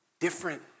different